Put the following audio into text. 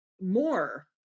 more